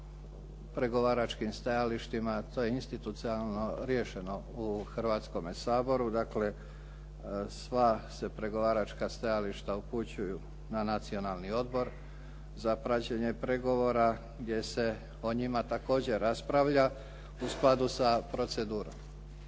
pregovaračkim stajalištima. To je institucionalno riješeno u Hrvatskom saboru. Dakle, sva se pregovaračka stajališta upućuju na Nacionalni odbor za praćenje pregovora gdje se o njima također raspravlja u skladu sa procedurom.